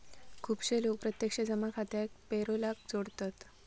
खुपशे लोक प्रत्यक्ष जमा खात्याक पेरोलाक जोडतत